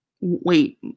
wait